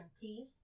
please